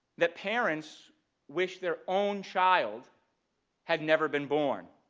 that parents wish their own child had never been born